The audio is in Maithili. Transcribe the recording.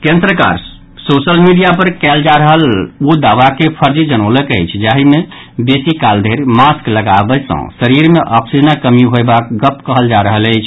केन्द्र सरकार सोशल मीडिया पर कयल जा रहल ओ दावा के फर्जी जनौलक अछि जाहि मे बेसी काल धरि मास्क लगाबय सँ शरीर मे ऑक्सीजनक कमी होयबाक गप कहल जा रहल अछि